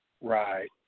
right